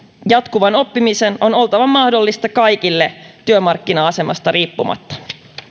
jatkuvan oppimisen on oltava mahdollista kaikille työmarkkina asemasta riippumatta